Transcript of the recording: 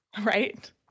Right